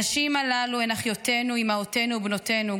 הנשים הללו הן אחיותינו, אימהותינו ובנותינו.